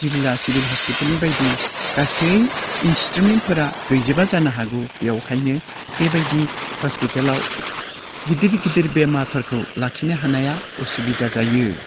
जिल्ला सिभिल हस्पितालनि बायदि गासै इनस्ट्रुमेन्टफोरा गैजोबा जानो हागौ बेयावखायनो बेबायदि हस्पितालाव गिदिर गिदिर बेमारफोरखौ लाखिनो हानाया उसुबिदा जायो